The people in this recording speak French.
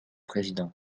président